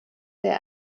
der